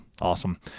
awesome